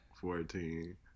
fourteen